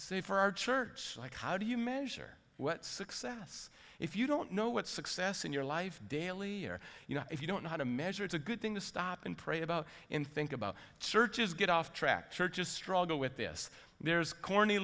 say for our church like how do you measure what success if you don't know what success in your life daily here you know if you don't know how to measure it's a good thing to stop and pray about him think about searches get off track churches struggle with this there's corny